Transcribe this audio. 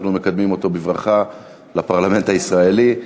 אנחנו מקדמים אותו בברכה בפרלמנט הישראלי.